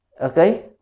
Okay